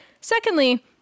Secondly